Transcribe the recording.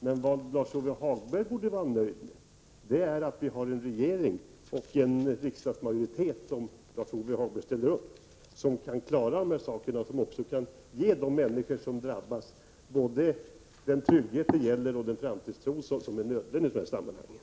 Men vad Lars-Ove Hagberg borde vara nöjd med är att vi har en regering och riksdagsmajoritet, om Lars-Ove Hagberg ställer upp, som också kan ge de människor som drabbas både den trygghet de behöver och den 29 framtidstro som är nödvändig i sammanhanget.